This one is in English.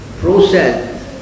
process